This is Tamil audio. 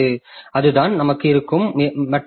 அதுதான் நமக்கு இருக்கும் மற்ற சிரமங்கள்